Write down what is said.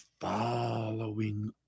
following